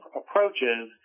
approaches